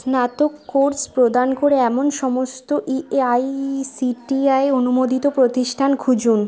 স্নাতক কোর্স প্রদান করে এমন সমস্ত ইআই সিটিআই অনুমোদিত প্রতিষ্ঠান খুঁজুন